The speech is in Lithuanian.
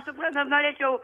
suprantat norėčiau